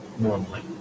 Normally